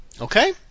Okay